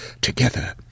Together